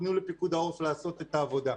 תנו לפיקוד העורף לעשות את העבודה.